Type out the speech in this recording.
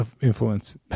Influence